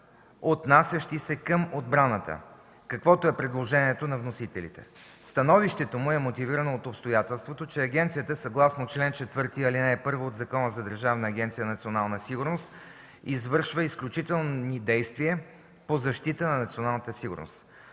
отнасящи се към отбраната, каквото е предложението на вносителите. Становището му е мотивирано от обстоятелството, че агенцията съгласно чл. 4, ал. 1 от Закона за Държавна агенция „Национална сигурност” извършва изключително действия по защита на националната сигурност.